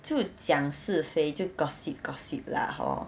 就讲是非就 gossip gossip lah hor